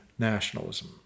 Nationalism